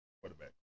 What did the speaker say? Quarterback